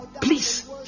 please